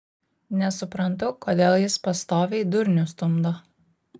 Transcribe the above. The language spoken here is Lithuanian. nesuprantu kodėl jis pastoviai durnių stumdo